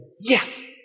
Yes